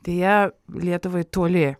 deja lietuvai toli